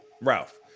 Ralph